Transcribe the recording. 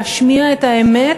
להשמיע את האמת,